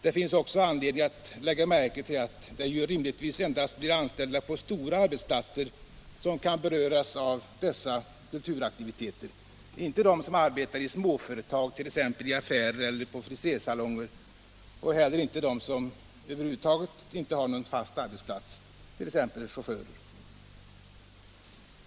Det finns också anledning att lägga märke till att det rimligtvis endast blir anställda på stora arbetsplatser som kan beröras av dessa kulturaktiviteter, inte de som arbetar i småföretag, t.ex. i affärer och frisersalonger eller som inte har någon fast arbetsplats alls, t.ex. chaufförer.